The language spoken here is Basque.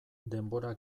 denbora